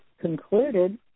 concluded